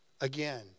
Again